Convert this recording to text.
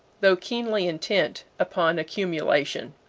though keenly intent upon accumulation.